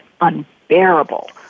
unbearable